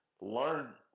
learn